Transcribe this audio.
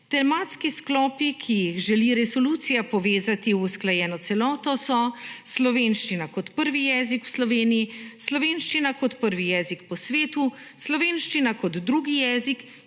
Tematski sklopi, ki jih želi resolucija povezati v usklajeno celoto so slovenščina kot prvi jezik v Sloveniji, slovenščina kot prvi jezik po svetu, slovenščina kot drugi jezik,